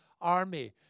army